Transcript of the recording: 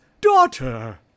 daughter